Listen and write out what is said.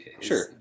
Sure